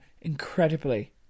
incredibly